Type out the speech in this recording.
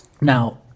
Now